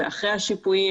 אחרי השיפויים,